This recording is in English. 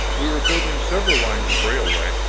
we were building several lines of railway,